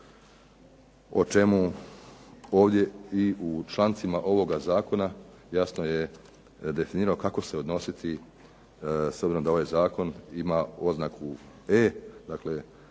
o čemu ovdje i u člancima ovoga zakona jasno je definirano kako se odnositi s obzirom da ovaj zakon ima oznaku E, dakle